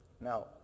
Now